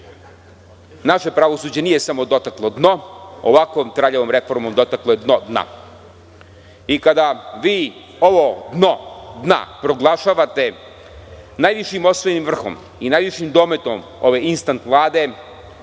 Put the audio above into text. naše pravosuđe nije samo dotaklo dno, ovakvom traljavom reformom dotaklo je dno dna. Kada vi ovo dno dna proglašavate najvišim osvojenim vrhom i najvišim dometom ove instant Vlade,